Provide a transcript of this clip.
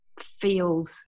feels